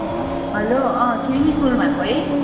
hello um Tshering miss बोल्नुभएको है